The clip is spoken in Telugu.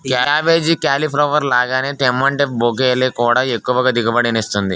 కేబేజీ, కేలీప్లవర్ లాగే తేముంటే బ్రోకెలీ కూడా ఎక్కువ దిగుబడినిస్తుంది